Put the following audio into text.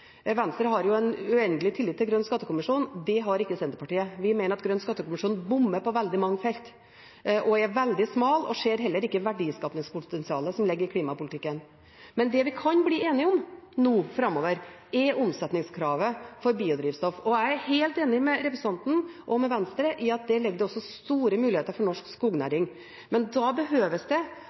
Venstre har en uendelig tillit til Grønn skattekommisjon. Det har ikke Senterpartiet. Vi mener at Grønn skattekommisjon bommer på veldig mange felt. Den er veldig smal og ser heller ikke verdiskapingspotensialet som ligger i klimapolitikken. Men det vi kan bli enige om nå framover, er omsetningskravet for biodrivstoff. Jeg er helt enig med representanten og med Venstre i at her ligger det store muligheter for norsk skognæring. Men da behøves det